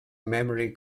memory